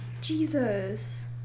Jesus